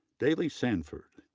dalee sanford,